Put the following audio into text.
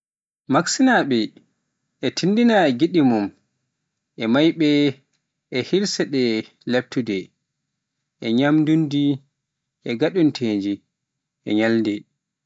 Meksiknaaɓe e teddina giɗli mum en maayɓe e hirsirde laaɓtunde, e ñaamduuji gaadanteeji, e ñalɗi.